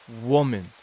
woman